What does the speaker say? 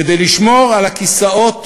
כדי לשמור על הכיסאות